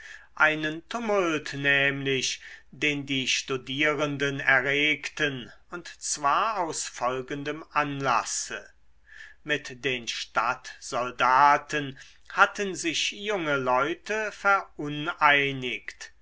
einen tumult nämlich den die studierenden erregten und zwar aus folgendem anlasse mit den stadtsoldaten hatten sich junge leute veruneinigt